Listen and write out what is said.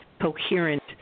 coherent